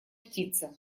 птица